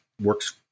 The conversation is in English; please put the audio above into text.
works